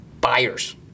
buyers